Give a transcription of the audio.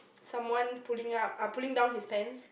someone pulling up uh pulling down his pants